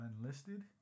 unlisted